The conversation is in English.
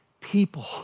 people